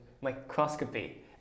microscopy